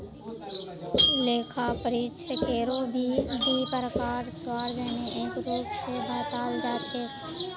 लेखा परीक्षकेरो भी दी प्रकार सार्वजनिक रूप स बताल जा छेक